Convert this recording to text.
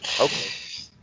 okay